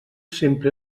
sempre